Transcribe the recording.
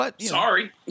Sorry